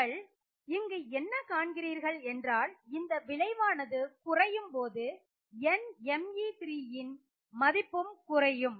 நீங்கள் இங்கு என்ன காண்கிறீர்கள் என்றால் இந்த விளைவானது குறையும்போது NMe3 மதிப்பும் குறையும்